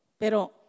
Pero